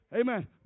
Amen